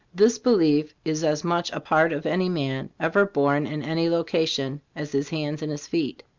this belief is as much a part of any man, ever born in any location, as his hands and his feet.